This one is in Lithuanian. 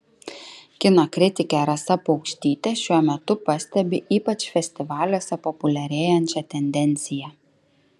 kino kritikė rasa paukštytė šiuo metu pastebi ypač festivaliuose populiarėjančią tendenciją